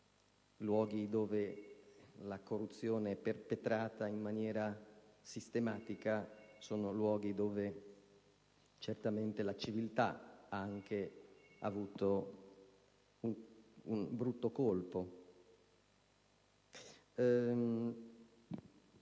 luoghi in cui la corruzione è perpetrata in maniera sistematica sono poi quelli in cui certamente la civiltà ha anche subito un brutto colpo.